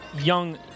young